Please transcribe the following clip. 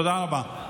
תודה רבה.